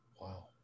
Wow